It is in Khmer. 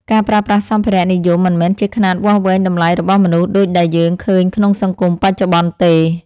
ការប្រើប្រាស់សម្ភារៈនិយមមិនមែនជាខ្នាតវាស់វែងតម្លៃរបស់មនុស្សដូចដែលយើងឃើញក្នុងសង្គមបច្ចុប្បន្នទេ។